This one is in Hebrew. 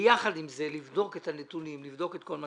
יחד עם זה, לבדוק את הנתונים, לבדוק את כל מה